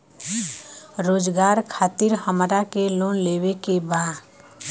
रोजगार खातीर हमरा के लोन लेवे के बा?